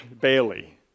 Bailey